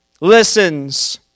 listens